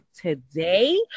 today